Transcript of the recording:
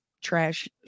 trash